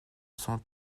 cent